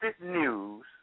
News